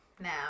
now